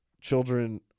children